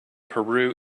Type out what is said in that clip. peru